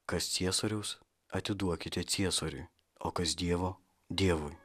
kas ciesoriaus atiduokite ciesoriui o kas dievo dievui